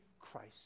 Christ